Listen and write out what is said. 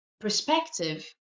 perspective